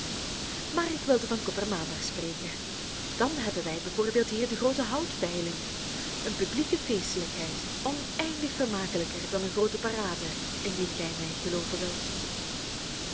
maar ik wilde van koppermaandag spreken dan hebben wij bij voorbeeld hier de groote houtveiling een publieke feestelijkheid oneindig vermakelijker dan eene groote parade indien gij mij gelooven wilt